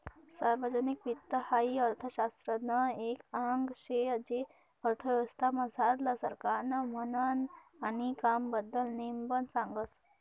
सार्वजनिक वित्त हाई अर्थशास्त्रनं एक आंग शे जे अर्थव्यवस्था मझारलं सरकारनं म्हननं आणि कामबद्दल नेमबन सांगस